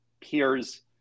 peers